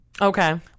Okay